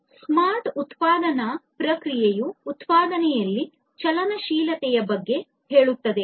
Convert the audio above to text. smart ಉತ್ಪಾದನಾ ಪ್ರಕ್ರಿಯೆಯು ಉತ್ಪಾದನೆಯಲ್ಲಿನ ಚಲನಶೀಲತೆಯ ಬಗ್ಗೆ ಹೇಳುತ್ತದೆ